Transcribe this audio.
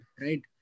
right